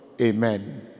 Amen